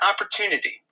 opportunity